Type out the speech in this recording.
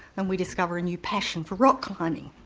and we discover a new passion for rock-climbing.